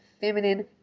feminine